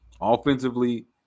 Offensively